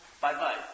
Bye-bye